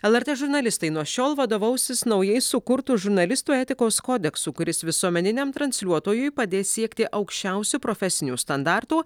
lrt žurnalistai nuo šiol vadovausis naujai sukurtu žurnalistų etikos kodeksu kuris visuomeniniam transliuotojui padės siekti aukščiausių profesinių standartų